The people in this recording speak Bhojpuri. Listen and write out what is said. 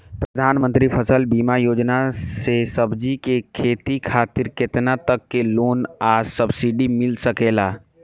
प्रधानमंत्री फसल बीमा योजना से सब्जी के खेती खातिर केतना तक के लोन आ सब्सिडी मिल सकेला?